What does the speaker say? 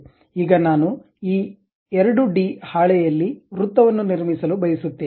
ಈಗ ನಾನು ಈ 2 ಡಿ ಹಾಳೆಯಲ್ಲಿ ವೃತ್ತವನ್ನು ನಿರ್ಮಿಸಲು ಬಯಸುತ್ತೇನೆ